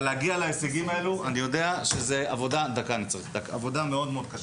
אבל להגיע להישגים האלה אני יודע שזו עבודה מאוד מאוד קשה.